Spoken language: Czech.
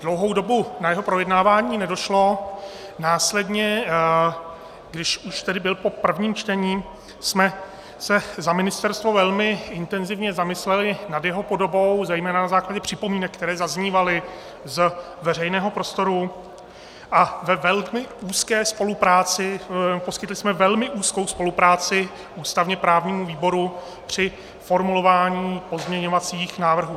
Dlouhou dobu na jeho projednávání nedošlo, následně, když už tedy byl po prvním čtení, jsme se za ministerstvo velmi intenzivně zamysleli nad jeho podobou, zejména na základě připomínek, které zaznívaly z veřejného prostoru, a poskytli jsme velmi úzkou spolupráci ústavněprávnímu výboru při formulování pozměňovacích návrhů.